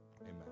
amen